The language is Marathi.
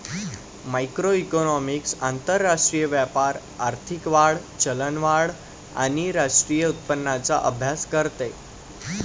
मॅक्रोइकॉनॉमिक्स आंतरराष्ट्रीय व्यापार, आर्थिक वाढ, चलनवाढ आणि राष्ट्रीय उत्पन्नाचा अभ्यास करते